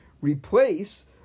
replace